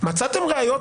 מצאתם ראיות?